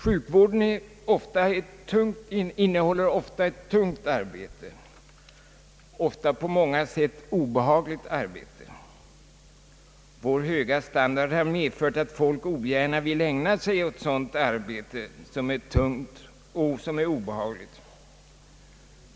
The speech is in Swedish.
Sjukvården innefattar ofta ett tungt och i många avseenden också obehagligt arbete. Vår höga standard har medfört att folk ogärna vill ägna sig åt sådant arbete som är tungt och dessutom obehagligt.